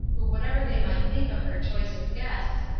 who whatever they might think of her choice of guests,